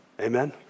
Amen